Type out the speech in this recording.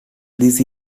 this